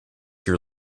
your